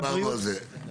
דיברנו על זה,